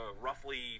roughly